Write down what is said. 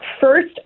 first